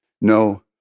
no